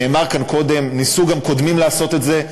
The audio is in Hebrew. נאמר כאן קודם, ניסו גם קודמים לעשות את זה,